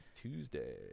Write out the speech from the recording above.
Tuesday